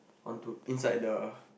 onto inside the